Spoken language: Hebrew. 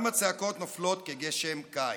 // גם הצעקות נופלות כגשם קיץ".